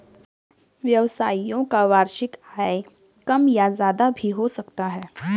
व्यवसायियों का वार्षिक आय कम या ज्यादा भी हो सकता है